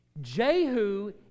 Jehu